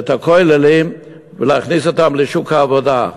ואת הכוללים, ולהכניס אותם לשוק העבודה?